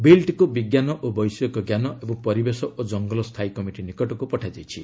ବିଲ୍ଟିକୁ ବିଜ୍ଞାନ ଓ ବୈଷୟିକ ଞ୍ଜାନ ଏବଂ ପରିବେଶ ଓ ଜଙ୍ଗଲ ସ୍ଥାୟୀ କମିଟି ନିକଟକୁ ପଠାଯାଇଛି